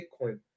Bitcoin